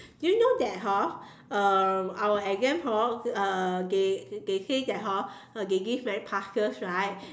do yo know that hor uh our exam hall uh they they say that hor uh they give night classes right